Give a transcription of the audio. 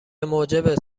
موجب